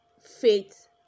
faith